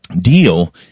deal